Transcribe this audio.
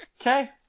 Okay